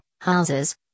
houses